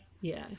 Yes